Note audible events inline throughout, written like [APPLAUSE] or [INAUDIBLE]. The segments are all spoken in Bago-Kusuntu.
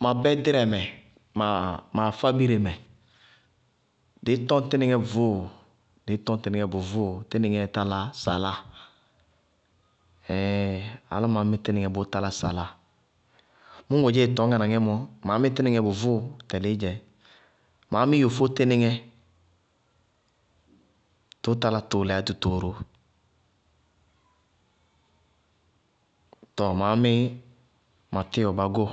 Ma bɛdrɛ mɛ, ma afábire mɛ, dɩí tɔñ tínɩŋɛ vʋʋ, dɩí tɔñ tínɩŋɛ bʋvʋʋ, tínɩŋɛ talá saláa. [HESITATION] áláma mí tínɩŋɛ bʋʋ talá saláa. Mʋ ŋoée tɔñŋá na ŋɛ mɔ, ma mí tínɩŋɛ bʋvʋ tɛlɩí dzɛ, maá mí yofó tínɩŋɛ tʋʋ talá tʋʋlɛ abéé tʋtooro, tɔɔ máá mí ma tíwɔ bagó,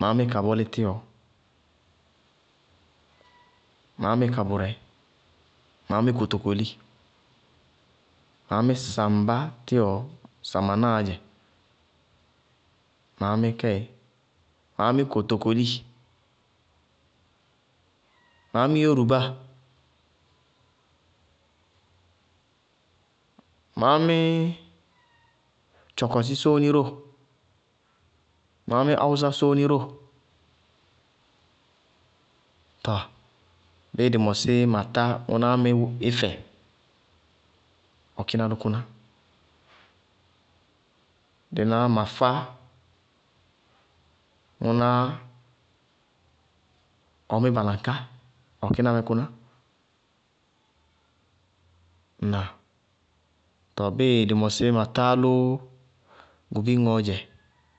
maá mí kabɔlí tíwɔ, maá mí kabʋrɛ, maá mí kotokoli, maá mí saŋbá tíwɔ, samanáa dzɛ, maá mí kɛ, maá mí kotokoli, maá mí yórubá, maá mí tchɔkʋsí sóóni ró, maá mí áwʋsá sóóni ró. Tɔɔ bíɩ dɩ mɔsí matá, ñʋná mí ífɛ, ɔ kína dʋ kʋná. Dɩí ná mafá, ŋʋná ɔɔ mí balaŋká, ɔ kína mɛ kʋná. Ŋnáa? Tɔɔ bíɩ dɩ mɔsí matá álʋ gubi ñŋɔɔ dzɛ, ɔɔ mí.